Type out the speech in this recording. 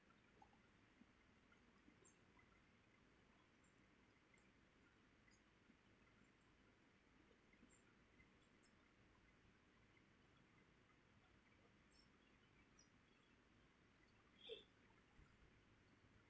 okay